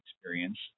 experience